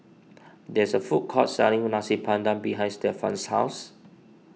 there is a food court selling Nasi Padang behind Stevan's house